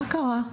מה קרה?